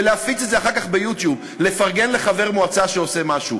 ולהפיץ את זה אחר כך ב"יוטיוב"; לפרגן לחבר מועצה שעושה משהו,